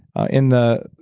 in the